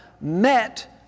met